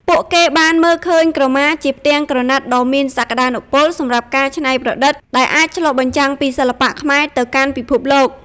ពួកគេបានមើលឃើញក្រមាជាផ្ទាំងក្រណាត់ដ៏មានសក្តានុពលសម្រាប់ការច្នៃប្រឌិត ដែលអាចឆ្លុះបញ្ចាំងពីសិល្បៈខ្មែរទៅកាន់ពិភពលោក។